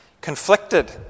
conflicted